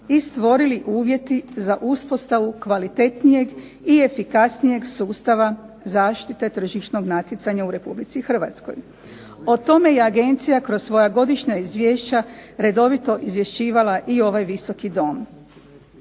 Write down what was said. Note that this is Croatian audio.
i stvorili uvjeti za uspostavu kvalitetnijeg i efikasnijeg sustava zaštite tržišnog natjecanja u Republici Hrvatskoj. O tome i agencija kroz svoja godišnja izvješća redovito izvješćivala i ovaj Visoki dom.